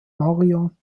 marion